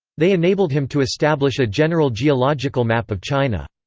they enabled him to establish a general geological map of china.